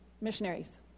missionaries